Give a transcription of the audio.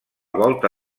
volta